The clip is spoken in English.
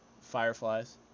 Fireflies